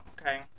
okay